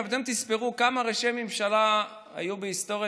אם אתם תספרו כמה ראשי ממשלה היו בהיסטוריה